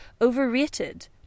overrated